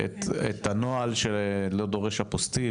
והנוהל שלא דורש אפוסטיל